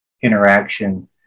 interaction